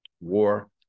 War